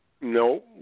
No